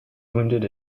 wounded